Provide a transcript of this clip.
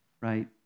Right